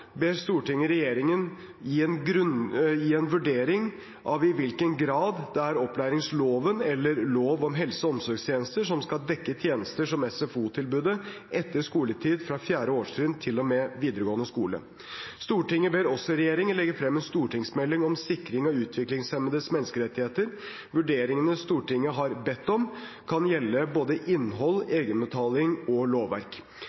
ber Stortinget regjeringen gi en vurdering av i hvilken grad det er opplæringsloven eller lov om helse- og omsorgstjenester som skal dekke tjenester som SFO-tilbudet etter skoletid, fra 4. årstrinn til og med videregående skole. Stortinget ber også regjeringen legge frem en stortingsmelding om sikring av utviklingshemmedes menneskerettigheter. Vurderingene Stortinget har bedt om, kan gjelde både innhold, egenbetaling og lovverk.